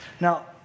now